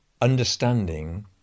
understanding